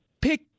pick